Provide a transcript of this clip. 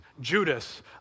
Judas